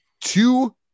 two